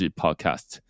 podcast